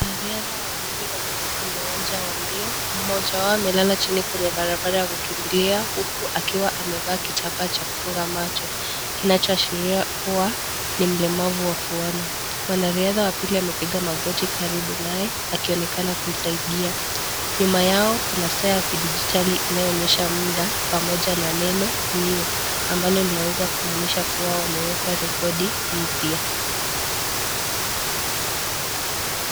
Wanariadha wawili waliokokwenye uwanja wa mbio mmoja wao ni chini kwenye barabara ya kukimbilia huku akiwa amevalia kitambaa cha kufunga macho, kinachoaahiria kuwa ni mlemavu wa kuona, mwanariadha wapili amepiga magoti karibu naye akionekana kusaidia, nyuma yao kuna saa ya kidijitali inayoonyesha muda pamoja na neno new inayoweza kumaanisha kuwa wameweka rekodi mpya.